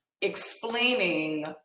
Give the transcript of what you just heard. explaining